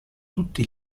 tutti